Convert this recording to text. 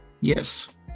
Yes